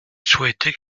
souhaité